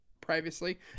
previously